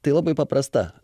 tai labai paprasta